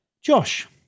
Josh